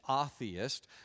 atheist